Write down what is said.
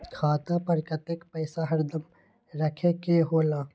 खाता पर कतेक पैसा हरदम रखखे के होला?